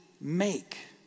make